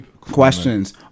questions